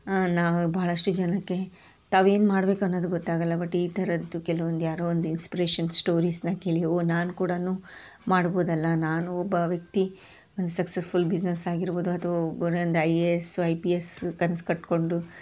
ನಾವು ಬಹಳಷ್ಟು ಜನಕ್ಕೆ ತಾವು ಏನು ಮಾಡಬೇಕನ್ನೋದು ಗೊತ್ತಾಗೋಲ್ಲ ಬಟ್ ಈ ಥರದ್ದು ಕೆಲವೊಂದು ಯಾರೋ ಒಂದು ಇನ್ಸ್ಪ್ರೇಷನ್ ಶ್ಟೋರೀಸನ್ನ ಕೇಳಿ ಓ ನಾನು ಕೂಡ ಮಾಡ್ಬೌದಲ್ಲ ನಾನೂ ಒಬ್ಬ ವ್ಯಕ್ತಿ ಒಂದು ಸಕ್ಸಸ್ಫುಲ್ ಬಿಸ್ನೆಸ್ ಆಗಿರ್ಬೋದು ಅಥ್ವಾ ಒಂದೊಂದ್ I A S I P S ಕನ್ಸು ಕಟ್ಟಿಕೊಂಡು